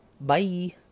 bye